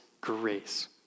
grace